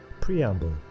Preamble